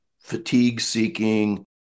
fatigue-seeking